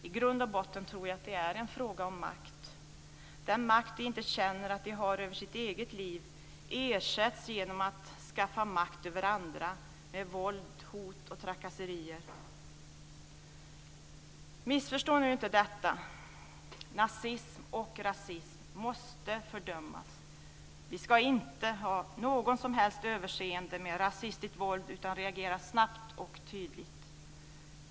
I grund och botten tror jag att det är en fråga om makt: Den makt de inte känner att de har över sitt eget liv ersätts genom att de skaffar sig makt över andra, med våld, hot och trakasserier. Missförstå nu inte detta. Nazism och rasism måste fördömas. Vi ska inte ha något som helst överseende med rasistiskt våld utan reagera snabbt och tydligt.